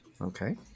Okay